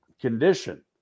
condition